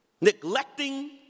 Neglecting